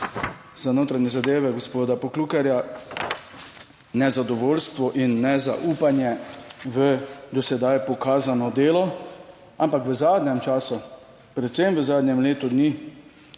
za notranje zadeve, gospoda Poklukarja, nezadovoljstvo in nezaupanje v do sedaj pokazano delo, ampak v zadnjem času, predvsem v zadnjem letu dni,